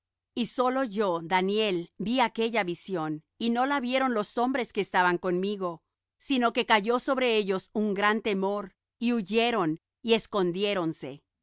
y sólo yo daniel vi aquella visión y no la vieron los hombres que estaban conmigo sino que cayó sobre ellos un gran temor y huyeron y escondiéronse